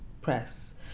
Press